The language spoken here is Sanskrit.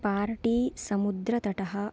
पार्टी समुद्रतटः